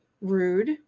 rude